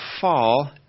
fall